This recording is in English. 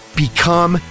Become